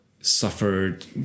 suffered